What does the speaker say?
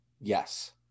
Yes